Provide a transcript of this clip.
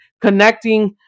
connecting